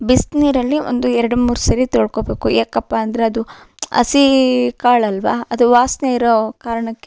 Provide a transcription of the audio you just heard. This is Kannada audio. ಬಿಸಿನೀರಲ್ಲಿ ಒಂದು ಎರಡು ಮೂರು ಸರಿ ತೊಳ್ಕೊಳ್ಬೇಕು ಯಾಕಪ್ಪ ಅಂದರೆ ಅದು ಹಸಿ ಕಾಳಲ್ವ ಅದು ವಾಸನೆ ಇರೋ ಕಾರಣಕ್ಕೆ